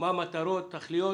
מה המטרות, התכליות,